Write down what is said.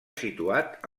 situat